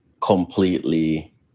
completely